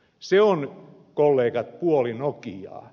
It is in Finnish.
se on kollegat puoli nokiaa